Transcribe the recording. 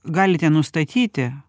galite nustatyti